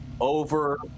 Over